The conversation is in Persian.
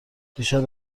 دیشب